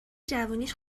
جوونیش